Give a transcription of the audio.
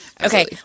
Okay